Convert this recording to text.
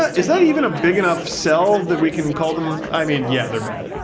is that even a big enough sell that we can call them i mean, yeah, they're bad.